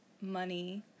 Money